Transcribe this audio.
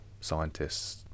scientists